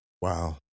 Wow